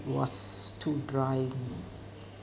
was too dry